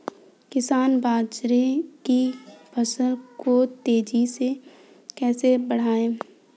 किसान बाजरे की फसल को तेजी से कैसे बढ़ाएँ?